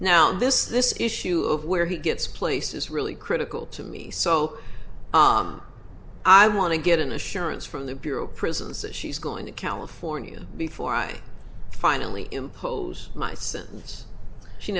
now this this issue of where he gets place is really critical to me so i want to get an assurance from the bureau of prisons that she's going to california before i finally impose my s